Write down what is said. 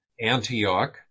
Antioch